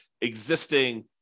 existing